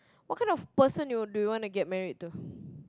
what kind of person do you want to get married to